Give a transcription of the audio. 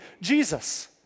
Jesus